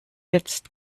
jetzt